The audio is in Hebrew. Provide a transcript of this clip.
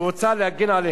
נוסף על כך, החוק מתיישב